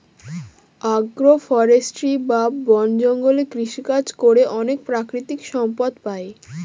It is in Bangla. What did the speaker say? আগ্র ফরেষ্ট্রী বা বন জঙ্গলে কৃষিকাজ করে অনেক প্রাকৃতিক সম্পদ পাই